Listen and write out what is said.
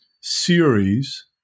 series